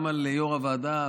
גם על יו"ר הוועדה,